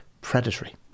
predatory